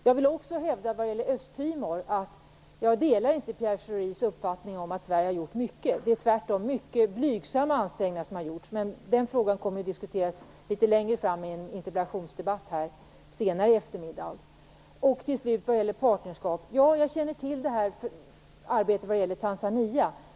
Jag vill också när det gäller Östtimor hävda att jag inte delar Pierre Schoris uppfattning att Sverige har gjort mycket. Det är tvärtom mycket blygsamma ansträngningar som har gjorts, men den frågan kommer att diskuteras i en interpellationsdebatt senare i eftermiddag. Till slut vill jag säga att jag känner till det här arbetet med partnerskap gällande Tanzania.